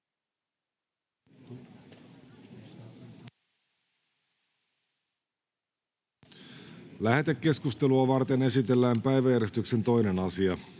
Lähetekeskustelua varten esitellään päiväjärjestyksen 2. asia.